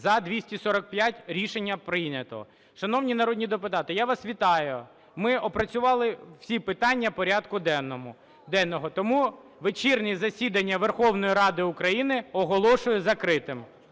За-245 Рішення прийнято. Шановні народні депутати, я вас вітаю, ми опрацювали всі питання порядку денного. Тому вечірнє засідання Верховної Ради України оголошую закритим.